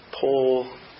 pull